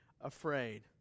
afraid